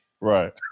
right